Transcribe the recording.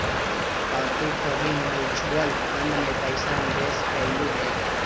का तू कभी म्यूचुअल फंड में पैसा निवेश कइलू हे